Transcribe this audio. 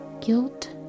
Guilt